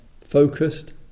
focused